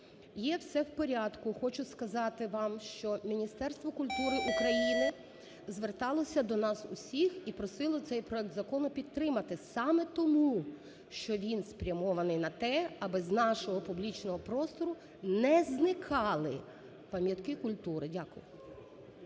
є все в порядку. Хочу сказати вам, що Міністерство культури України зверталося до нас усіх і просило цей проект закону підтримати саме тому, що він спрямований на те, щоби з нашого публічного простору не зникали пам'ятки культури. Дякую.